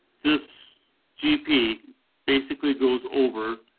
this gp basically goes over.